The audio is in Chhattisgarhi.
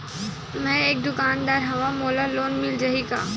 मै एक दुकानदार हवय मोला लोन मिल जाही?